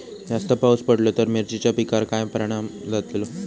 जास्त पाऊस पडलो तर मिरचीच्या पिकार काय परणाम जतालो?